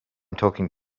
talking